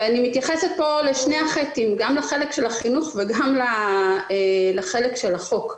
אני מתייחסת פה גם לחלק של החינוך וגם לחלק של החוק.